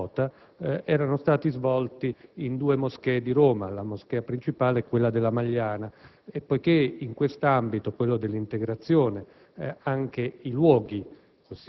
pilota si sono svolti in due moschee di Roma: la "grande" moschea e quella della Magliana. E poiché in quest'ambito (quello dell'integrazione) anche i luoghi